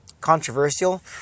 controversial